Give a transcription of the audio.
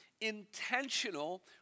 intentional